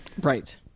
Right